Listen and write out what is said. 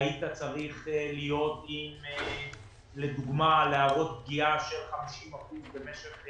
היית צריך לדוגמה להראות פגיעה של 50 אחוזים במשך,